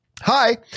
Hi